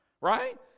right